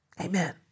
amen